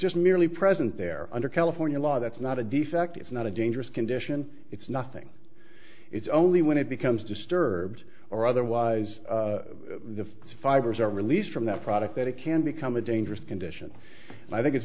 just merely present there under california law that's not a defect it's not a dangerous condition it's nothing it's only when it becomes disturbed or otherwise the fibers are released from that product that it can become a dangerous condition and i think it's